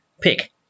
Pick